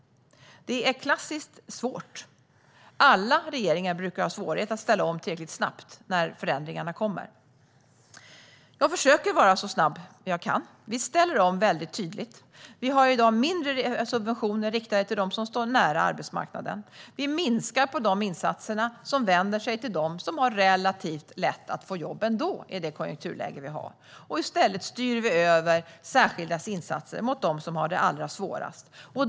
Det är klassiskt svårt. Alla regeringar brukar ha svårigheter att ställa om tillräckligt snabbt när förändringarna kommer. Jag försöker vara så snabb jag kan. Vi ställer om väldigt tydligt. Vi har i dag färre subventioner riktade till dem som står nära arbetsmarknaden. Vi minskar på de insatser som vänder sig till dem som har relativt lätt att få jobb ändå i det konjunkturläge vi har. I stället styr vi över särskilda insatser mot dem som har det allra svårast.